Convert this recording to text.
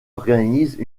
organisent